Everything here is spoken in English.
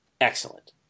excellent